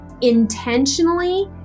intentionally